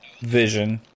Vision